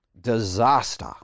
disaster